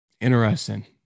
interesting